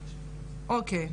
אנחנו